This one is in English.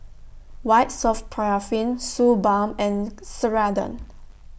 White Soft Paraffin Suu Balm and Ceradan